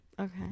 Okay